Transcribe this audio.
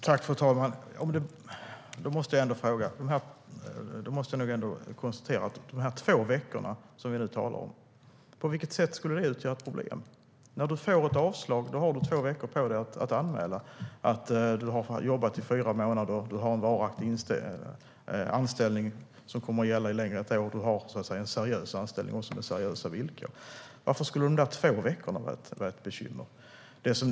Fru talman! Då måste jag ändå fråga: På vilket sätt skulle de två veckor som vi nu talar om utgöra ett problem? När man får ett avslag har man två veckor på sig att anmäla att man har jobbat i fyra månader och har en varaktig och seriös anställning, som kommer att gälla längre än i ett år med seriösa villkor. Varför skulle dessa två veckor vara ett bekymmer?